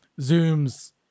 zooms